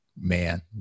man